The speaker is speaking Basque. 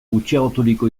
gutxiagoturiko